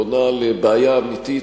עונה לבעיה אמיתית,